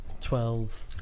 Twelve